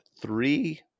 three